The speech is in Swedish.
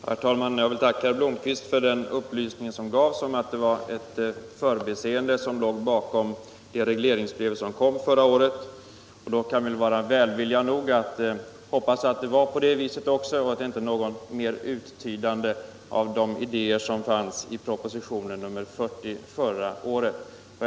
Herr talman! Jag vill tacka herr Blomkvist för de upplysningar som gavs, att det var ett förbiseende som låg bakom regleringsbrevet förra året. Vi kan väl då vara välvilliga nog att hoppas att det verkligen var på det viset och inte ägna oss åt att mer försöka uttyda de idéer som fanns i propositionen 40 förra året.